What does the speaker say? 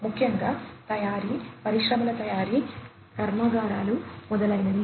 ముఖ్యంగా తయారీ పరిశ్రమల తయారీ కర్మాగారాలు మొదలైనవి